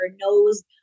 knows